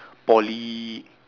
poly